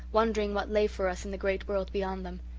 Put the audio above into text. wondering what lay for us in the great world beyond them.